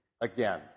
again